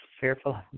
fearful